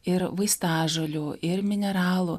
ir vaistažolių ir mineralų